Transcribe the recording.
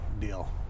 deal